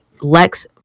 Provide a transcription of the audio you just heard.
Lex